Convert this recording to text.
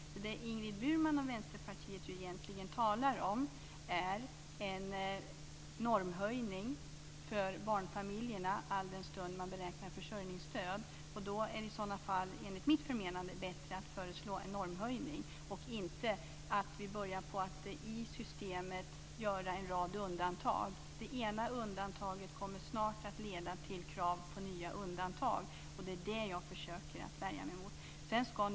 Det som Ingrid Burman och Vänsterpartiet egentligen talar om är en normhöjning för barnfamiljerna alldenstund man beräknar försörjningsstöd. I sådana fall är det enligt mitt förmenande bättre att föreslå en normhöjning. Vi ska inte börja göra en rad undantag i systemet. Det ena undantaget kommer snart att leda till krav på nya undantag, och det är det som jag försöker att värja mig mot.